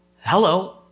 Hello